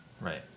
right